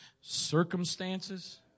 Circumstances